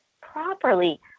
properly